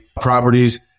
properties